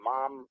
Mom